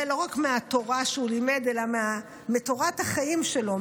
לא רק מהתורה שהוא לימד אלא מתורת החיים שלו,